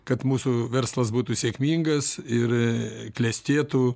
kad mūsų verslas būtų sėkmingas ir klestėtų